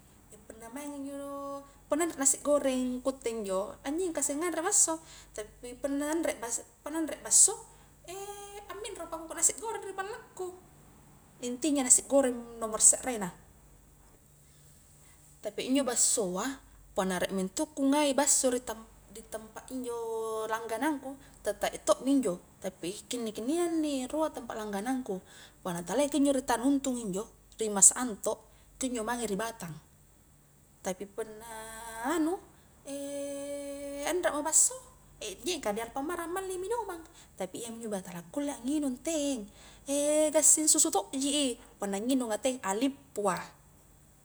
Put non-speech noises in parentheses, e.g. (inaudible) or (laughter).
(hesitation) punna maing injo nu, punna anrenasi goreng ku utte injo, anyengka isse nganre basso, tapi punna anre bas-punna anre basso, (hesitation) aminro pa ku kua nasi goreng ri ballaku, intinya nas goreng nomr sekrek na, tapi injo bassoa punna riek mento ku ngai basso ri tam-di tampa injo langganang ku, teta' tokmi injo, tapi kinni-kinnia inni rua tempa langganang ku, punna talia kunjo ri tanuntung injo ri mas anto, kunjo mange ri batang, tapi punna anu, (hesitation) anre mo basso, (hesitation) nyengka di alfamart ammali minumang, tapi iyaminjo bela tala kulle a nginung teng, (hesitation) gasing susu tokji i, punna nginunga teng a lippu a.